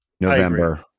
November